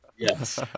Yes